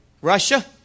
Russia